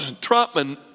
Trotman